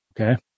Okay